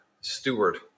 steward